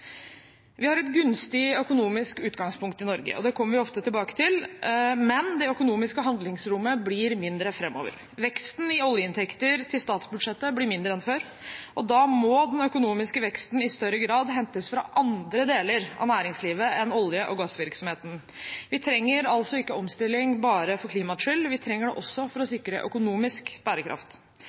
Vi har et gunstig økonomisk utgangspunkt i Norge. Det kommer vi ofte tilbake til. Men det økonomiske handlingsrommet blir mindre framover. Veksten i oljeinntekter til statsbudsjettet blir mindre enn før, og da må den økonomiske veksten i større grad hentes fra andre deler av næringslivet enn fra olje- og gassvirksomheten. Vi trenger altså ikke omstilling bare for klimaets skyld; vi trenger det også for å sikre økonomisk bærekraft.